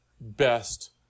best